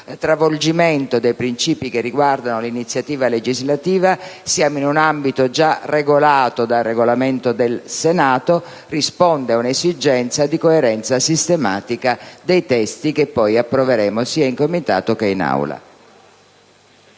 travolgimento dei principi che riguardano l'iniziativa legislativa: siamo in un ambito già regolato dal Regolamento del Senato, e la soluzione prevista risponde ad un'esigenza di coerenza sistematica dei testi che poi approveremo, sia in seno al Comitato che in Aula.